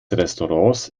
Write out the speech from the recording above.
restaurants